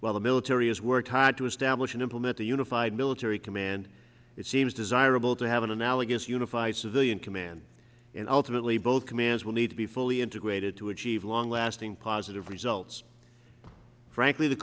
while the military has worked hard to establish and implement the unified military command it seems desirable to have an analogous unified civilian command and ultimately both commands will need to be fully integrated to achieve long lasting positive results frankly the